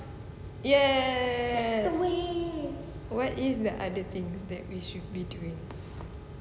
yes what is the other things that we should be doing